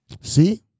See